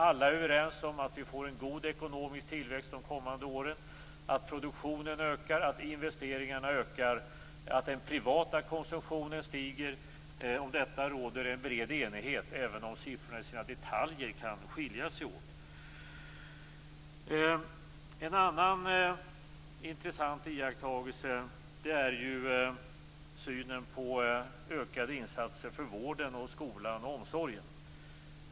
Alla är överens om att vi får en god ekonomisk tillväxt de kommande åren, att produktionen ökar, att investeringarna ökar och att den privata konsumtionen stiger. Om detta råder en bred enighet, även om siffrorna kan skilja sig åt i detaljer. En annan intressant iakttagelse gäller synen på ökade insatser för vården, skolan och omsorgen.